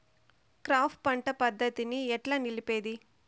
Crop పంట పద్ధతిని ఎట్లా నిలిపేది?